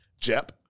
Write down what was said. Jep